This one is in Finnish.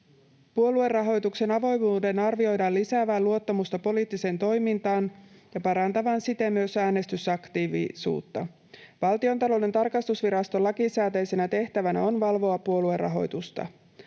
Puoluerahoituksen avoimuuden arvioidaan lisäävän luottamusta poliittiseen toimintaan ja parantavan siten myös äänestysaktiivisuutta. Valtiontalouden tarkastusviraston lakisääteisenä tehtävänä on valvoa puoluerahoitusta.